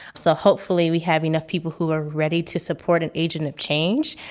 so hopefully we have enough people who are ready to support an agent of change.